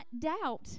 doubt